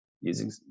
using